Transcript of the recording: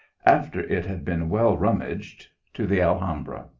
after it had been well rummaged, to the alhambra.